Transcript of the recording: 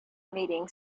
meeting